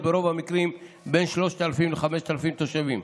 ברוב המקרים בין 3,000 ל-5,000 תושבים,